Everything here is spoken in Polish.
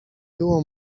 było